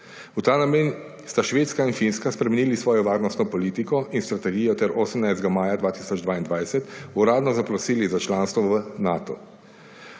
V ta name sta Švedska in Finska spremenili svojo varnostno politiko in strategijo ter 18. maja 2022 uradno zaprosili za članstvo v Nato.